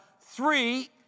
three